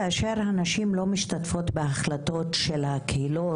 כאשר הנשים לא משתתפות בהחלטות של הקהילות,